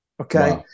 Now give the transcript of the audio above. okay